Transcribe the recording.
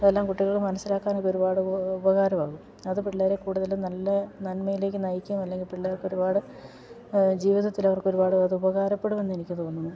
അതെല്ലാം കുട്ടികൾ മനസ്സിലാക്കാനൊക്കെ ഒരുപാട് ഉപകാരമാകും അത് പിള്ളേരെ കൂടുതലും നല്ല നന്മയിലേക്ക് നയിക്കും അല്ലെങ്കിൽ പിള്ളേർക്ക് ഒരുപാട് ജീവിതത്തിൽ അവർക്കൊരുപാട് അത് ഉപകാരപ്പെടുമെന്ന് എനിക്ക് തോന്നുന്നു